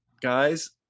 guys